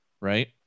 right